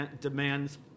demands